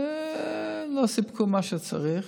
לא סיפקו מה שצריך,